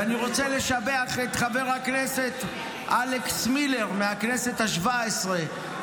ואני רוצה לשבח את חבר הכנסת אלכס מילר מהכנסת השבע-עשרה,